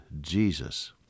Jesus